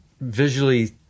visually